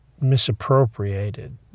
misappropriated